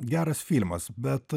geras filmas bet